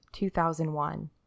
2001